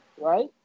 right